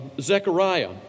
Zechariah